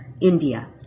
India